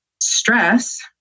stress